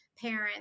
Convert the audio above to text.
parents